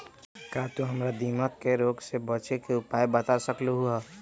का तू हमरा दीमक के रोग से बचे के उपाय बता सकलु ह?